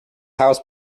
house